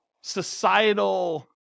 societal